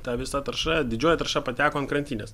ta visa tarša didžioji tarša pateko ant krantinės